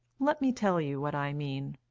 let me tell you what i mean.